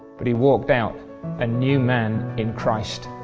but he walked out a new man in christ,